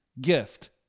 gift